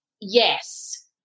yes